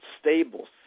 stable